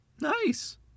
nice